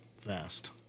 fast